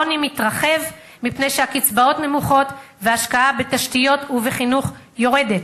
העוני מתרחב מפני שהקצבאות נמוכות וההשקעה בתשתיות ובחינוך יורדת.